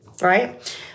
Right